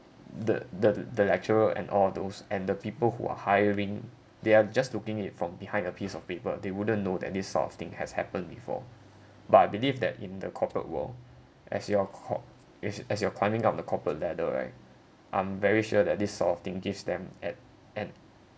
the the the lecturer and all those and the people who are hiring they are just looking it from behind a piece of paper they wouldn't know that this sort of thing has happened before but I believe that in the corporate world as you're cor~ is as you are climbing up the corporate ladder right I'm very sure that this sort of thing gives them at an